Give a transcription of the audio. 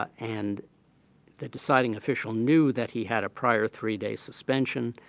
and the deciding official knew that he had a prior three-day suspension,